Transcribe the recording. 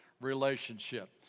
relationship